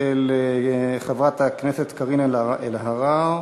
של חברת הכנסת קארין אלהרר,